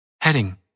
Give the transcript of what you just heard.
Heading